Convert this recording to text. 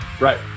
Right